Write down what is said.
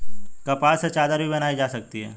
कपास से चादर भी बनाई जा सकती है